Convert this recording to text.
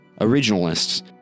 originalists